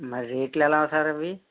మరి రేట్లు ఎలా సార్ అవి